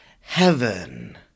heaven